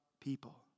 people